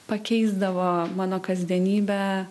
pakeisdavo mano kasdienybę